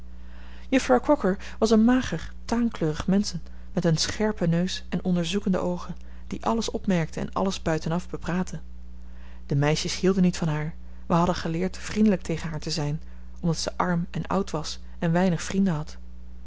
juffrouw crocker was een mager taankleurig mensen met een scherpen neus en onderzoekende oogen die alles opmerkte en alles buitenaf bepraatte de meisjes hielden niet van haar maar hadden geleerd vriendelijk tegen haar te zijn omdat zij arm en oud was en weinig vrienden had